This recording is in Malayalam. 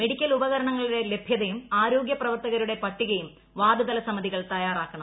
മെഡിക്കൽ ഉപകരണങ്ങളുടെ ലഭ്യതയും ആരോഗ്യപ്രവർത്തകരുടെ പട്ടികയും വാർഡ്തല സമിതികൾ തയ്യാറാക്കണം